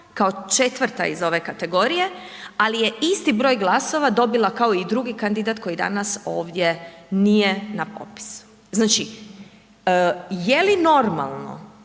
kao 4. iz ove kategorije ali je isti broj glasova dobila kao i drugi kandidat koji danas ovdje nije na popisu. Znači je li normalno